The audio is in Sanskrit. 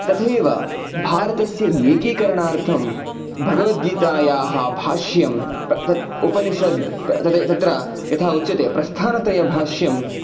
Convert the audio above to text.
तथैव भारतस्य एकीकरणार्थं भगवद्गीतायाः भाष्यं तत् उपनिषद् तत् तत्र यथा उच्यते प्रस्थानत्रयभाष्यम्